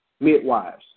midwives